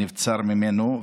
נבצר ממנו.